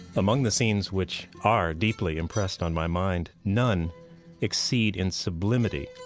among the scenes which are deeply impressed on my mind, none exceed in sublimity,